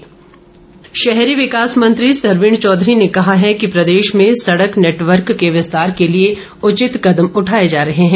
सरवीण शहरी विकास मंत्री सरवीण चौधरी ने कहा है कि प्रदेश में सड़क नेटवर्क के विस्तार के लिए उचित कदम उठाए जा रहे हैं